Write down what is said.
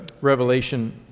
Revelation